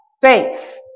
Faith